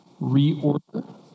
reorder